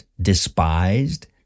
despised